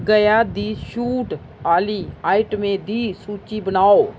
गया दी छूट आह्ली आइटमें दी सूची बनाओ